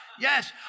yes